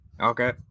Okay